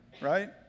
right